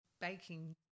Baking